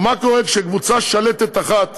ומה קורה כשקבוצה שלטת אחת